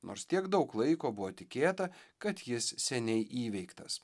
nors tiek daug laiko buvo tikėta kad jis seniai įveiktas